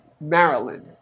Maryland